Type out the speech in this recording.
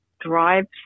drives